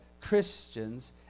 Christians